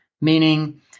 meaning